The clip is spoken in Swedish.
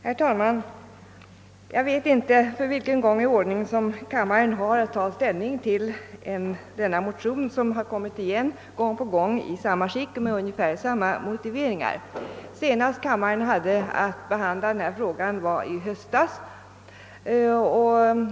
Herr talman! Jag vet inte för vilken gång i ordningen som kammaren har att ta ställning till motioner av detta slag, som kommit igen gång på gång i samma skick och med ungefär samma motivering. Senast kammaren hade att behandla denna fråga var i höstas.